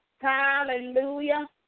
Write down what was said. Hallelujah